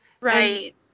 right